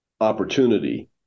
opportunity